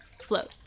float